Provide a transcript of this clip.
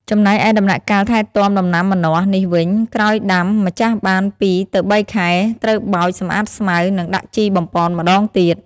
ចំណែកឯដំណាក់កាលថែទាំដំណាំម្នាស់នេះវិញក្រោយដាំម្ចាស់បាន ២ ទៅ ៣ខែ ត្រូវបោច សម្អាតស្មៅ និងដាក់ជីបំប៉នម្តងទៀត។